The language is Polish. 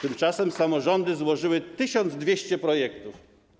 Tymczasem samorządy złożyły 1200 projektów.